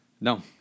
No